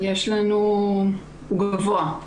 הוא גבוה.